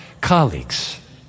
colleagues